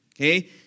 Okay